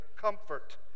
comfort